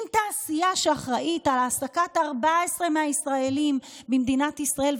אם תעשייה שאחראית להעסקת 14% מהישראלים במדינת ישראל,